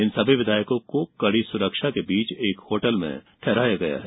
इन सभी विधायकों को कड़ी सुरक्षा के बीच एक होटल में ठहराया गया है